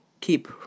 Keep